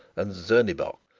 and zernebock.